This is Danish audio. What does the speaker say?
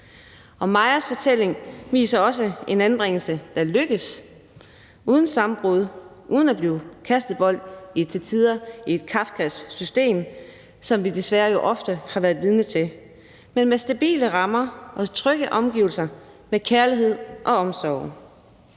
Og Majas fortælling viser også en anbringelse, der er lykkedes – uden sammenbrud, uden at barnet blev kastebold i et kafkask system, som vi jo desværre ofte har været vidne til – og hvor der har været stabile rammer og trygge omgivelser og kærlighed og omsorg.